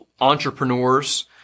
entrepreneurs